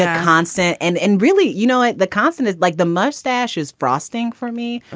ah constant. and and really, you know, and the constant is like the mustache is frosting for me.